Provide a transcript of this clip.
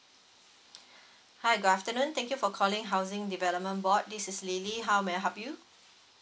hi good afternoon thank you for calling housing development board this is lily how may I help you